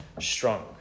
strong